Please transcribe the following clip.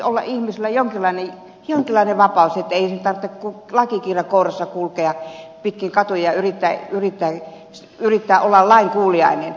täytyyhän nyt olla ihmisillä jonkinlainen vapaus että ei tarvitse lakikirja kourassa kulkea pitkin katuja ja yrittää olla lainkuuliainen